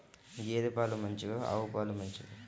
గేద పాలు మంచివా ఆవు పాలు మంచివా?